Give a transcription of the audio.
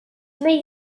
wnei